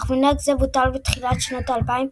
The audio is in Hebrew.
אך מנהג זה בוטל בתחילת שנות ה-2000,